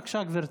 בבקשה, גברתי.